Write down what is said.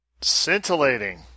Scintillating